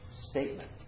statement